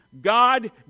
god